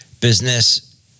business